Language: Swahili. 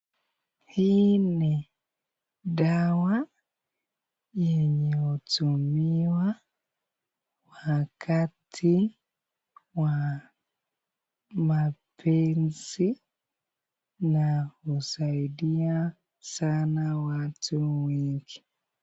Hii ni dawa yenye hutumiwa wakati wa mapenzi ya kusaidia sana watu wengi.